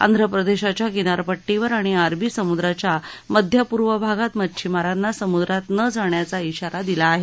आंध्रप्रदेशाच्या किनारपट्टीवर आणि अरबी समुद्राच्या मध्यपूर्व भागात मच्छिमारांना समुद्रात न जाण्याचा इशारा दिला आहे